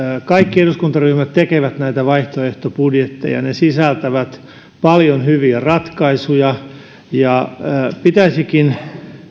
kaikki eduskuntaryhmät tekevät näitä vaihtoehtobudjetteja niin ne sisältävät paljon hyviä ratkaisuja pitäisikin